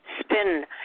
Spin